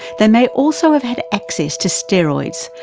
they may also have had access to steroids,